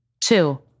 Two